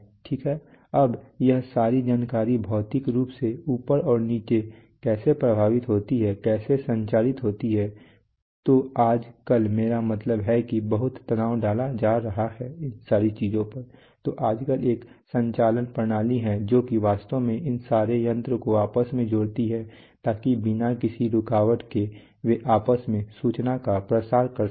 ठीक है अब यह सारी जानकारी भौतिक रूप से ऊपर और नीचे कैसे प्रवाहित होती है कैसे संचारित होती है तो आजकल मेरा मतलब है कि बहुत तनाव डाला जा रहा है तो आजकल एक संचालन प्रणाली है जो कि वास्तव में इन सारे यंत्रों को आपस में जोड़ती है ताकि बिना किसी रूकावट के वे आपस में सूचना का प्रसार कर सकें